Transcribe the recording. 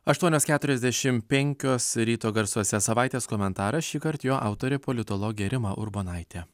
aštuonios keturiasdešimt penkios ryto garsuose savaitės komentaras šįkart jo autorė politologė rima urbonaitė